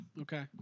okay